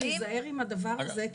כדאי להיזהר עם הדבר הזה,